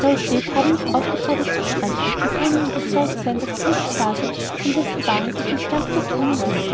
majestät haben mich aufgefordert zu sprechen und können überzeugt sein daß ich nichts sage von dessen wahrheit ich nicht ganz durchdrungen bin